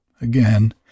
Again